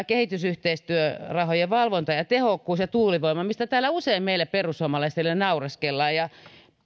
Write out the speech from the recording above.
kehitysyhteistyörahojen valvonta ja tehokkuus sekä tuulivoima mistä täällä usein meille perussuomalaisille naureskellaan